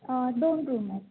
दोन रूम आहे